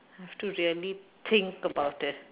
have to really think about it